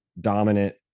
dominant